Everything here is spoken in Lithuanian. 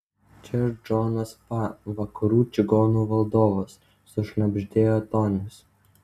čia džonas fa vakarų čigonų valdovas sušnabždėjo tonis